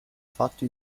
fatto